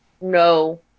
No